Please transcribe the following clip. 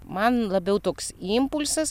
man labiau toks impulsas